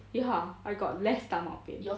ya I got less stomach pain